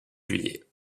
juillet